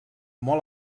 molt